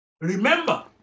Remember